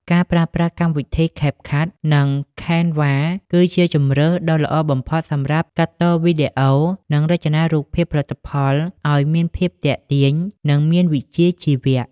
ការប្រើប្រាស់កម្មវិធី CapCut និង Canva គឺជាជម្រើសដ៏ល្អបំផុតសម្រាប់ កាត់តវីដេអូ និងរចនារូបភាពផលិតផលឱ្យមានភាពទាក់ទាញ និងមានវិជ្ជាជីវៈ។